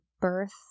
birth